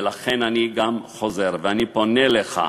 ולכן אני גם חוזר ופונה אליך: